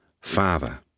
father